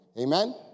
Amen